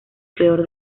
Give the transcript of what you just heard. peor